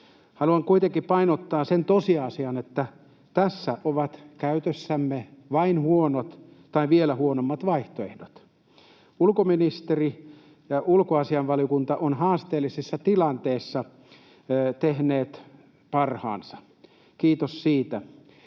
Haluan kuitenkin painottaa sitä tosiasiaa, että tässä ovat käytössämme vain huonot tai vielä huonommat vaihtoehdot. Ulkoministeri ja ulkoasiainvaliokunta ovat haasteellisessa tilanteessa tehneet parhaansa. Kiitos siitä.